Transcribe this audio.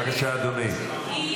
בבקשה, אדוני.